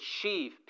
achieve